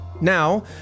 Now